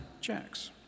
checks